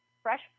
fresh